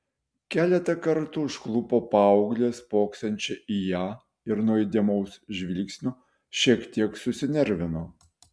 keletą kartų užklupo paauglę spoksančią į ją ir nuo įdėmaus žvilgsnio šiek tiek susinervino